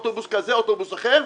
אוטובוס כזה אוטובוס אחר?